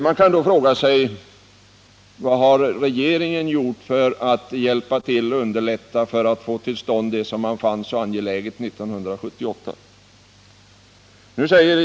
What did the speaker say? Man kan då fråga sig vad regeringen har gjort för att hjälpa Södra Skogsägarna att få till stånd det som man 1978 såg som så angeläget.